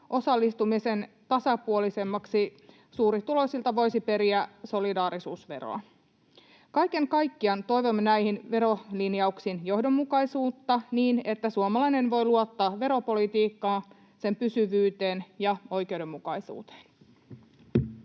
osallistumisen tasapuolistamiseksi suurituloisilta voisi periä solidaarisuusveroa. Kaiken kaikkiaan toivomme näihin verolinjauksiin johdonmukaisuutta niin, että suomalainen voi luottaa veropolitiikkaan, sen pysyvyyteen ja oikeudenmukaisuuteen.